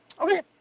Okay